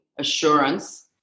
assurance